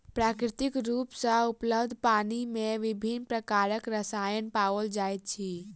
प्राकृतिक रूप सॅ उपलब्ध पानि मे विभिन्न प्रकारक रसायन पाओल जाइत अछि